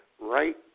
right